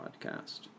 podcast